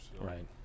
Right